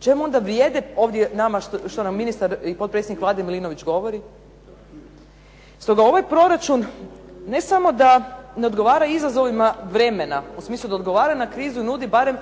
Čemu onda vrijedi ovdje nama što nam ministar i potpredsjednik Vlade Milinović govori? Stoga ovaj proračun ne samo da ne odgovara izazovima vremena u smislu da odgovara na krizu i nudi barem